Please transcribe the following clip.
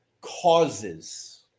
causes